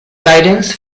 guidance